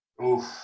oof